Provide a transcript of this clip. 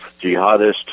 jihadist